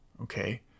okay